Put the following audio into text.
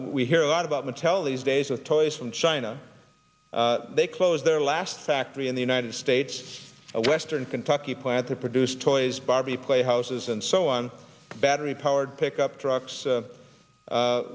we hear a lot about mattel these days with toys from china they closed their last factory in the united states western kentucky plant to produce toys barbie playhouses and so on battery powered pickup trucks